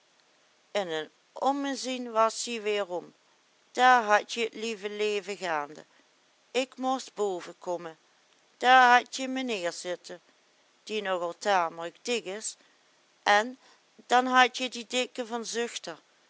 in een ommezien was ie weerom daar hadje t lieve leven gaande ik most boven kommen daar hadje menheer zitten die nog al tamelijk dik is en dan hadje die dikke van